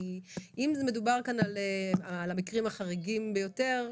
כי אם מדובר כאן על המקרים החריגים ביותר,